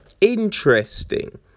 Interesting